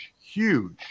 huge